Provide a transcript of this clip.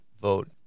vote